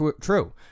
true